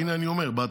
הינה אני אומר --- רק